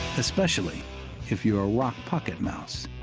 especially if you're a rock pocket mouse.